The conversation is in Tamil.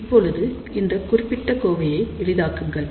இப்பொழுது இந்த குறிப்பிட்ட கோவையை எளிதாக்குங்கள்